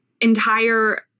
entire